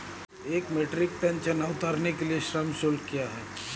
एक metric ton चना उतारने के लिए श्रम शुल्क क्या है?